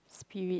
spirit